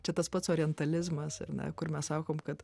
čia tas pats orientalizmas ar ne kur mes sakom kad